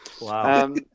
Wow